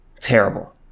terrible